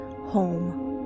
home